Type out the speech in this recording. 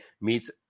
meets